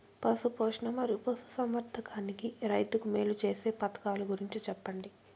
పశు పోషణ మరియు పశు సంవర్థకానికి రైతుకు మేలు సేసే పథకాలు గురించి చెప్పండి?